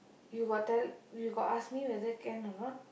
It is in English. you got tell you ask me whether can or not